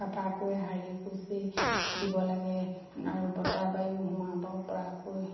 চাফাকৈ সাৰি পুচি দিব লাগে আৰু বতৰ বায়ু সোমাব পৰাকৈ